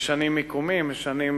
משנים מיקומים, משנים